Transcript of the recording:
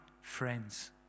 friends